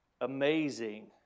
amazing